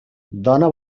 dona